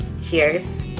Cheers